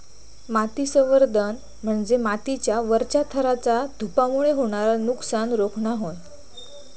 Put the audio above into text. माती संवर्धन म्हणजे मातीच्या वरच्या थराचा धूपामुळे होणारा नुकसान रोखणा होय